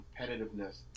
competitiveness